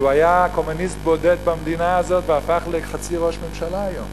שהיה קומוניסט בודד במדינה הזאת והפך לחצי ראש ממשלה היום.